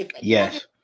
yes